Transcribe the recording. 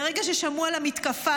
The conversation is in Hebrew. ברגע ששמעו על המתקפה,